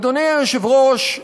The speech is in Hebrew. אדוני היושב-ראש,